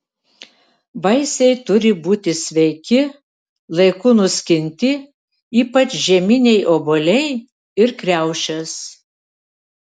vaisiai turi būti sveiki laiku nuskinti ypač žieminiai obuoliai ir kriaušės